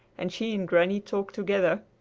and she and granny talked together,